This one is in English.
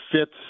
fits